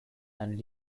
and